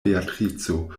beatrico